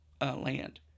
land